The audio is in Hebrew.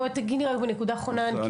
בוא תגיע לנקודה האחרונה,